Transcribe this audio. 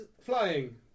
flying